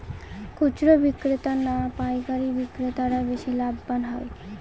খুচরো বিক্রেতা না পাইকারী বিক্রেতারা বেশি লাভবান হয়?